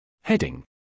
Heading